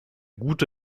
gute